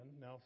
Now